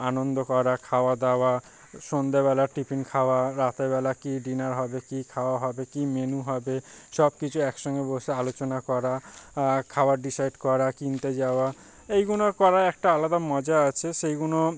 আনন্দ করা খাওয়া দাওয়া সন্ধ্যেবেলা টিফিন খাওয়া রাতের বেলা কী ডিনার হবে কী খাওয়া হবে কী মেনু হবে সব কিছু একসঙ্গে বসে আলোচনা করা আর খাবার ডিসাইড করা কিনতে যাওয়া এইগুলো করার একটা আলাদা মজা আছে সেইগুলো